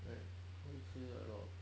like 会吃 a lot of